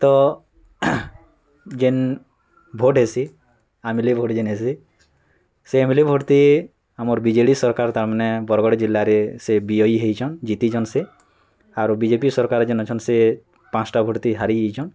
ତ ଯେନ୍ ଭୋଟ୍ ହେସି ଆମେଲ୍ ଭୋଟ ଯେନ୍ ହେସି ସେ ଏମ୍ ଏଲ୍ ଏ ଭୋଟ ଥି ଆମର୍ ବି ଜେ ଡ଼ି ସରକାର୍ ତା'ର୍ ମାନେ ବରଗଡ଼ ଜିଲ୍ଲାରେ ସେ ବିଜୟୀ ହେଇଛନ୍ ଜିତିଛନ୍ ସେ ଆରୁ ବି ଜେ ପି ସରକାର୍ ଯେନ୍ ଅଛନ୍ ସେ ପାଞ୍ଚଟା ଭୋଟ୍ ଥି ହାରି ଯାଇଛନ୍